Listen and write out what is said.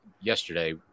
yesterday